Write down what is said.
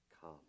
come